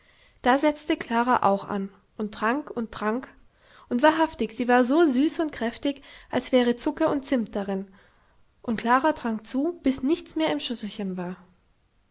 da setzte klara auch an und trank und trank und wahrhaftig sie war so süß und kräftig als wäre zucker und zimmet darin und klara trank zu bis nichts mehr im schüsselchen war